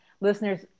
Listeners